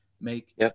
Make